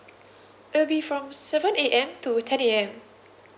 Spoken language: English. it'll be from seven A_M to ten A_M